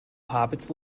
hobbits